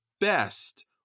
best